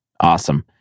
Awesome